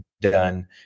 done